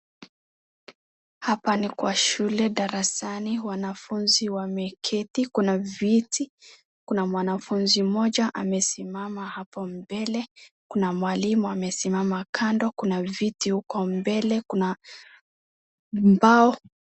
Hapa ni kwa shule darasani wanafunzi wameketi, kuna viti, kuna mwanafunzi mmoja amesimama hapo mbele, kuna mwalimu amesimama kando, kuna viti huko mbele, kuna mbao.